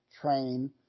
train